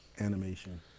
animation